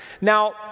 now